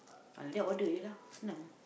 ah like that order je lah senang